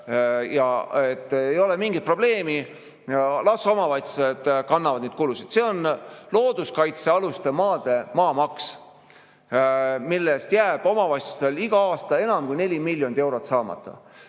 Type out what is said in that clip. et ei ole mingit probleemi, las omavalitsused kannavad neid kulusid. See on looduskaitsealuste maade maamaks, millest jääb omavalitsustel iga aasta enam kui 4 miljonit eurot saamata.